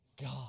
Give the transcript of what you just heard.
God